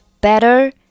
better